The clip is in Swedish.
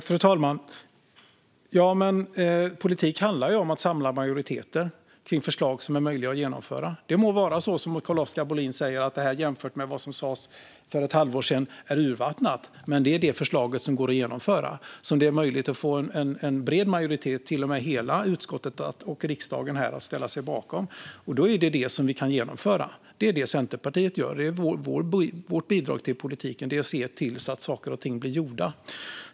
Fru talman! Politik handlar om att samla majoriteter kring förslag som är möjliga att genomföra. Det må vara så som Carl-Oskar Bohlin säger att det jämfört med vad som sas för ett halvår sedan är urvattnat. Men det är det förslaget som går att genomföra och som det går att få en bred majoritet för och få hela utskottet och riksdagen att ställa sig bakom. Då är det vad vi kan genomföra. Det är vad Centerpartiet gör. Vårt bidrag till politiken är att se till att saker och ting blir gjorda.